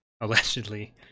Allegedly